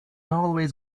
always